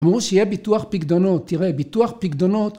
אמרו שיהיה ביטוח פקדונות, תראה ביטוח פקדונות